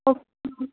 okay ma'am